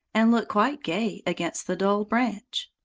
and look quite gay against the dull branch.